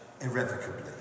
irrevocably